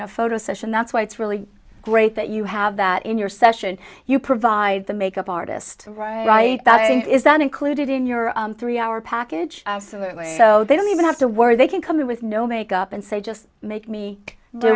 in a photo session that's why it's really great that you have that in your session you provide the makeup artist right that is then included in your three hour package absolutely so they don't even have to worry they can come in with no makeup and say just make me the